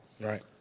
Right